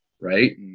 right